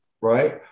right